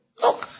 Look